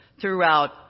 throughout